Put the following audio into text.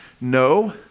No